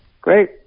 great